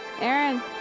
Aaron